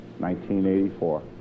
1984